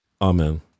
amen